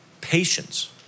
Patience